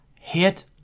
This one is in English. Hit